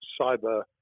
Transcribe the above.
cyber